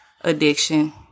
addiction